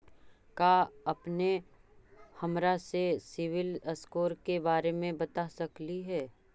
का अपने हमरा के सिबिल स्कोर के बारे मे बता सकली हे?